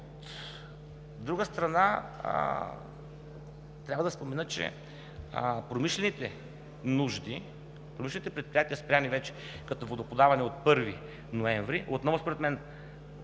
От друга страна, трябва да спомена, че промишлените нужди, промишлените предприятия, спрени вече като водоподаване от 1 ноември – отново според мен